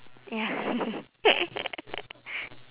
ya